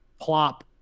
plop